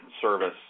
service